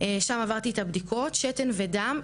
שם עברתי את הבדיקות שתן ודם.